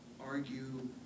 argue